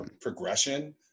progression